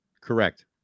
Correct